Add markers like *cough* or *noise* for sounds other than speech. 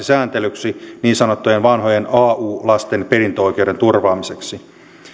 *unintelligible* sääntelyksi niin sanottujen vanhojen au lasten perintöoikeuden turvaamiseksi